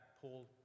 Paul